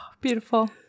beautiful